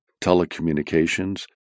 telecommunications